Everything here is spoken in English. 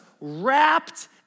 wrapped